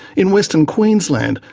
in western queensland,